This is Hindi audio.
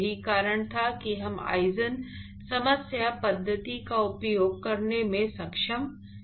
यही कारण था कि हम eigenvalue समस्या पद्धति का उपयोग करने में सक्षम नहीं थे